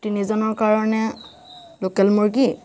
তিনিজনৰ কাৰণে লোকেল মূৰ্গী